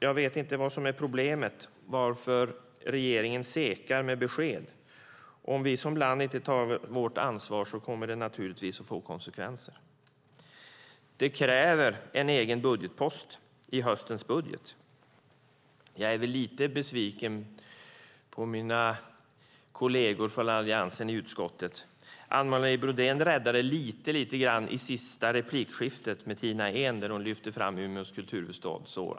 Jag vet inte vad som är problemet, varför regeringen tvekar med att ge besked. Om vi som land inte tar vårt ansvar kommer det naturligtvis att få konsekvenser. Det kräver en egen budgetpost i höstens budget. Jag är lite besviken på mina kolleger från allianspartierna i utskottet. Anne Marie Brodén räddade det lite grann i sista replikskiftet med Tina Ehn där hon lyfte fram Umeås kulturhuvudstadsår.